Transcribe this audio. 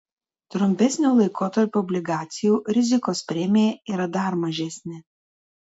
trumpesnio laikotarpio obligacijų rizikos premija yra dar mažesnė